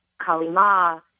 Kalima